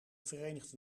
verenigde